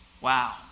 Wow